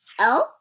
elk